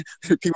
People